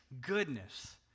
goodness